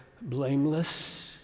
blameless